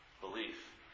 belief